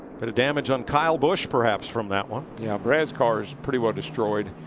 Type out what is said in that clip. but damage on kyle busch, perhaps, from that one. yeah, brad's car is pretty well destroyed.